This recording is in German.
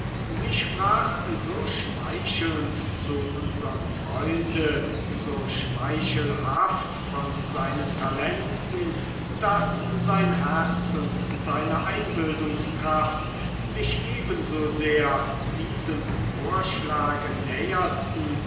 sie sprach so schmeichelnd zu unserm freunde so schmeichelhaft von seinen talenten daß sein herz und seine einbildungskraft sich ebensosehr diesem vorschlag näherten